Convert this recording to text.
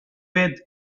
with